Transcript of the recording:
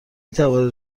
توانید